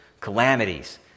calamities